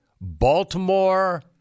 Baltimore